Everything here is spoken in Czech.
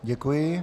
Děkuji.